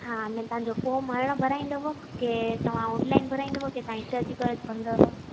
हा अने तव्हांजो फोम हाणे भराईंदव की तव्हां ऑनलाइन भराईंदव के तव्हां इते अची करे भरींदव